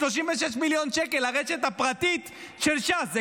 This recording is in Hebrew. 36 מיליון שקל לרשת הפרטית של ש"ס.